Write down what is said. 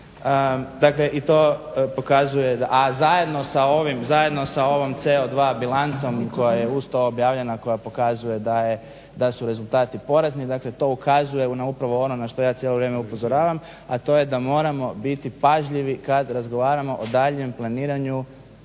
10% do 2020. godine, a zajedno sa ovom CO2 bilancom koja je uz to objavljena koja pokazuje da su rezultati porazni. Dakle, to ukazuje upravo na ono na što ja cijelo vrijeme upozoravam a to je da moramo biti pažljivi kad razgovaramo o daljnjem planiranju